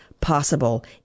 possible